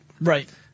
Right